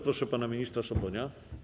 Proszę pana ministra Sobonia.